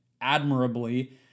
admirably